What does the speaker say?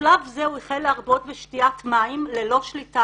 בשלב זה הוא החל להרבות בשתיית מים ללא שליטה